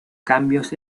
cambios